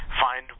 find